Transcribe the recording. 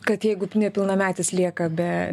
kad jeigu nepilnametis lieka be